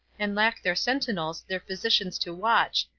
and lack their sentinels, their physicians to watch,